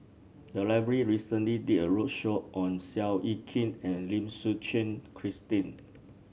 the library recently did a roadshow on Seow Yit Kin and Lim Suchen Christine